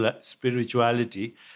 spirituality